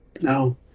no